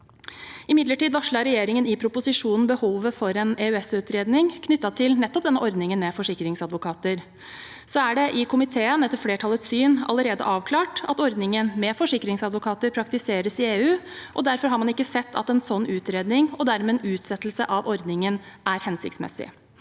Imidlertid varslet regjeringen i proposisjonen behovet for en EØS-utredning knyttet til nettopp den ordningen med forsikringsadvokater. Etter flertallets syn er det i komiteen allerede avklart at ordningen med forsikringsadvokater praktiseres i EU, og derfor har man ikke sett at en sånn utredning og dermed en utsettelse av ordningen er hensiktsmessig.